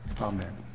Amen